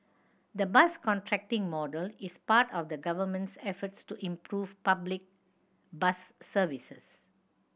the bus contracting model is part of the Government's efforts to improve public bus services